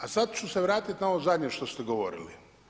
A sada ću se vratiti na ovo zadnje što ste govorili.